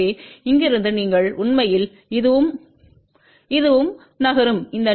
எனவே இங்கிருந்து நீங்கள் உண்மையில் இதுவும் இதுவும் இதுவும் நகரும் இந்த நீளம் 0